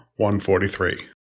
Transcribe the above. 143